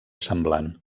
semblant